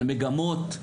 על מגמות.